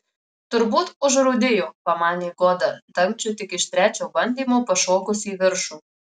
turbūt užrūdijo pamanė goda dangčiui tik iš trečio bandymo pašokus į viršų